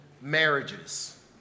marriages